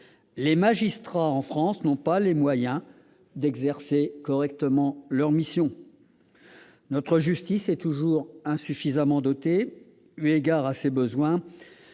les magistrats n'ont pas les moyens d'exercer correctement leur mission. Notre justice est toujours insuffisamment dotée, eu égard à ses besoins